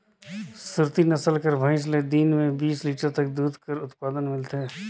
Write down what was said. सुरती नसल कर भंइस ले दिन में बीस लीटर तक दूद कर उत्पादन मिलथे